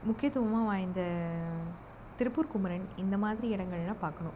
முக்கியத்துவமா வாய்ந்த திருப்பூர் குமரன் இந்த மாதிரி இடங்கள்லாம் பார்க்கணும்